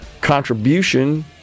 contribution